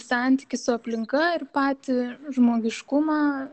santykį su aplinka ir patį žmogiškumą